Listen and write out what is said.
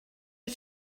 wyt